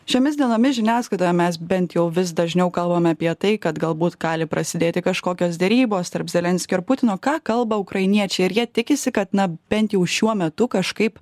šiomis dienomis žiniasklaidoje mes bent jau vis dažniau kalbame apie tai kad galbūt gali prasidėti kažkokios derybos tarp zelenskio ir putino ką kalba ukrainiečiai ir jie tikisi kad na bent jau šiuo metu kažkaip